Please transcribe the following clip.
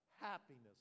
happiness